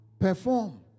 Perform